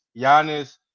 Giannis